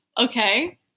okay